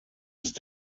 ist